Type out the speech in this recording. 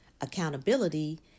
accountability